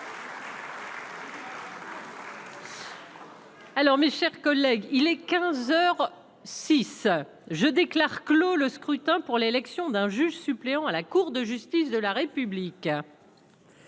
Alors, mes chers collègues, il est 15 heures six je déclare clos le scrutin pour l'élection d'un juge suppléant à la Cour de justice de la République.